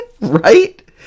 right